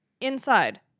inside